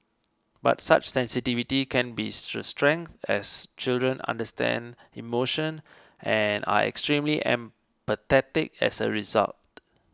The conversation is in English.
but such sensitivity can be strength as children understand emotion and are extremely empathetic as a result